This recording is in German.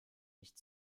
nicht